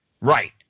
Right